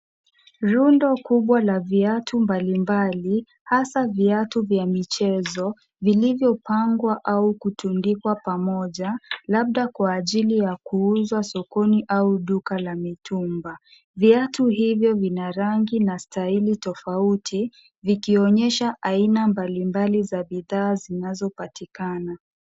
Rundo kubwa la viatu mbalimbali hasaa viatu vya michezo, vilivyopangwa au kutundikwa pamoja, labda kwa ajili ya kuuzwa sokoni au duka la mitumba. Viatu hivyo vina rangi na staili tofauti vikionyesha aina mbalimbali za bidhaa zinazopatikana.